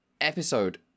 episode